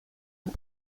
hat